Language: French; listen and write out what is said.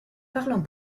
parlant